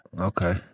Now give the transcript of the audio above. Okay